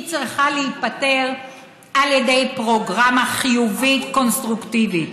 היא צריכה להיפתר על ידי פרוגרמה חיובית פרוספקטיבית.